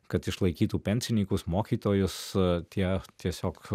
kad išlaikytų pensininkus mokytojus tie tiesiog